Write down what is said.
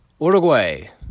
Uruguay